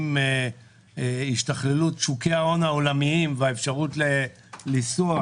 עם השתכללות שוקי ההון העולמיים והאפשרות לנסוע,